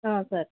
sir